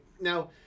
Now